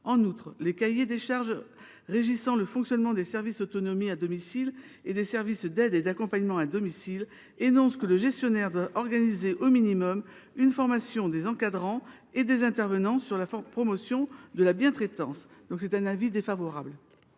En outre, les cahiers des charges régissant le fonctionnement des services autonomie à domicile (SAD) et des services d’aide et d’accompagnement à domicile (Saad) énoncent que le gestionnaire doit organiser au minimum une formation des encadrants et des intervenants dédiée à la promotion de la bientraitance. Pour ces raisons,